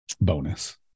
bonus